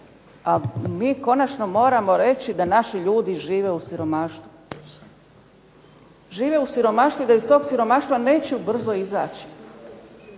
A mi konačno moramo reći da naši ljudi žive u siromaštvu i da iz toga siromaštva neće brzo izaći.